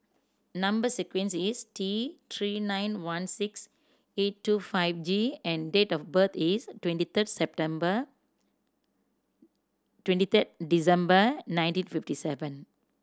number sequence is T Three nine one six eight two five G and date of birth is twenty third September twenty third December nineteen fifty seven